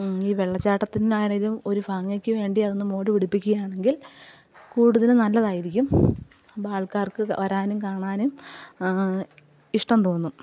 ഈ വെള്ളച്ചാട്ടത്തിൽ നിന്ന് ആരെങ്കിലും ഒരു ഭംഗിക്കു വേണ്ടി അതൊന്ന് മോഡി പിടിപ്പിക്കുകയാണെങ്കിൽ കൂടുതൽ നല്ലതായിരിക്കും അപ്പോൾ ആൾക്കാർക്ക് വരാനും കാണാനും ഇഷ്ടം തോന്നും